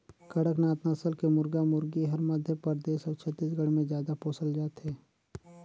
कड़कनाथ नसल के मुरगा मुरगी हर मध्य परदेस अउ छत्तीसगढ़ में जादा पोसल जाथे